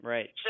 Right